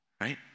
right